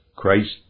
Christ